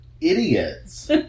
idiots